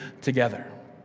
together